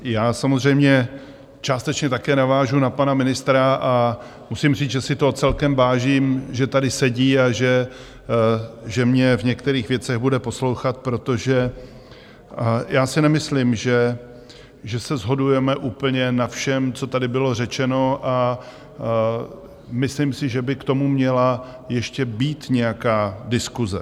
I já samozřejmě částečně také navážu na pana ministra a musím říct, že si toho celkem vážím, že tady sedí a že mě v některých věcech bude poslouchat, protože já si nemyslím, že se shodujeme úplně na všem, co tady bylo řečeno, a myslím si, že by k tomu měla ještě být nějaká diskuse.